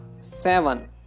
seven